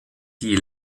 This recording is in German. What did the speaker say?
die